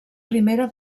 primera